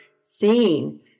seen